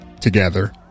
together